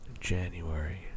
January